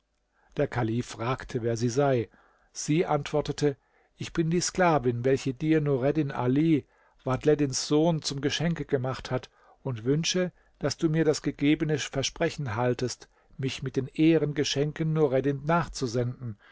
der kalif fragte sie wer sie sei sie antwortete ich bin die sklavin welche dir nureddin ali vadhleddins sohn zum geschenke gemacht hat und wünsche daß du das mir gegebene versprechen haltest mich mit den ehrengeschenken nureddin nachzusenden